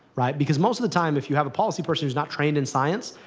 right, because most of the time, if you have a policy person who's not trained in science,